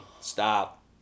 stop